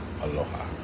aloha